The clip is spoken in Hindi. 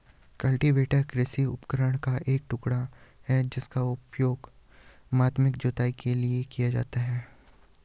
कल्टीवेटर कृषि उपकरण का एक टुकड़ा है जिसका उपयोग माध्यमिक जुताई के लिए किया जाता है